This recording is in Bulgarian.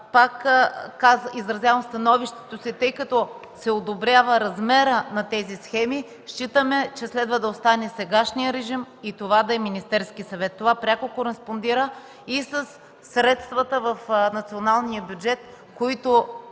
пак изразявам становището си: тъй като се одобрява размерът на тези схеми, считаме, че следва да остане сегашният режим и това да е Министерският съвет. Това пряко кореспондира и със средствата в националния бюджет, които